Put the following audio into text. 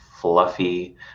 fluffy